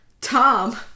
Tom